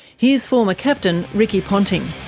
here's former captain ricky ponting